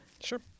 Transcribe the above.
Sure